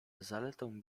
zaletą